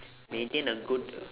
maintain a good